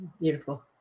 Beautiful